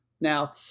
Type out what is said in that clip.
Now